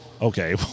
Okay